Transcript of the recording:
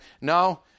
No